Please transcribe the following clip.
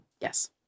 Yes